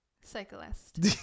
Cyclist